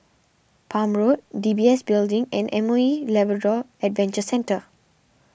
Palm Road D B S Building and M O E Labrador Adventure Centre